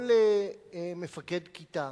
כל מפקד כיתה